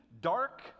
dark